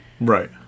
Right